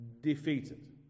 defeated